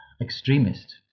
extremist